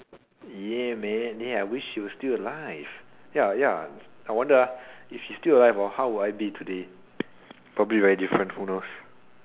yeah man yeah I wish she was still alive ya ya I wonder ah if she still alive hor how will I be today probably very different who knows